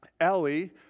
Ellie